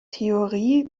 theorie